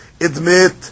admit